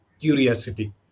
curiosity